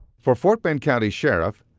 for fort bend county sheriff,